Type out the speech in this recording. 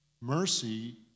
Mercy